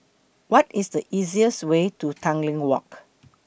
What IS The easiest Way to Tanglin Walk